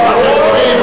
שאפשר להגיד.